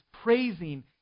praising